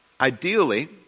Ideally